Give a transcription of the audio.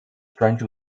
stranger